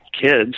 kids